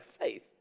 faith